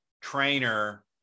trainer